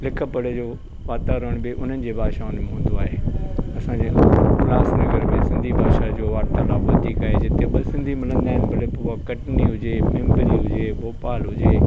लिख पढ़े जो वातावरण बि उन्हनि जी भाषाउनि में हूंदो आहे असांजे उल्हासनगर में सिंधी भाषा जो वार्तालाब वधीक आहे जिते ॿ सिंधी मिलंदा आहिनि भले पोइ उहा कटनी हुजे पिम्परी हुजे भोपाल हुजे